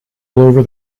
over